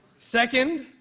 second,